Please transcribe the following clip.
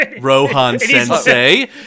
Rohan-sensei